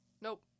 Nope